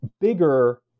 bigger